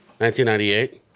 1998